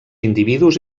individus